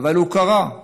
אבל הוא קרה.